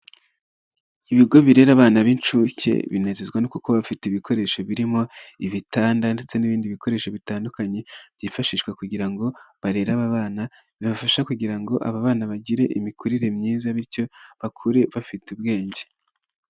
Ibigo birebara abana b'inshuke binezezwa no kuba bafite ibikoresho birimo ibitanda ndetse n'ibindi bikoresho bitandukanye byifashishwa kugira ngo barere aba bana bibafasha kugira ngo aba bana bagire imikurire myiza bityo bakure bafite ubwenge.